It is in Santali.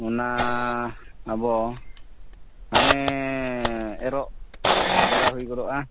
ᱚᱱᱟ ᱟᱵᱚ ᱦᱟᱱᱮ ᱮᱨᱚᱜ ᱫᱷᱟᱨᱟ ᱦᱩᱭ ᱜᱚᱫᱚᱜᱼᱟ